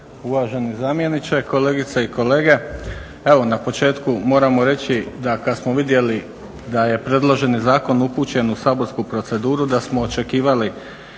uvaženi zamjeniče, kolegice i kolege. Evo na početku moramo reći da kad smo vidjeli da je predloženi zakon upućen u saborsku proceduru da smo očekivali